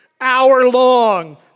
hour-long